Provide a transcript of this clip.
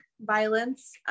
violence